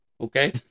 Okay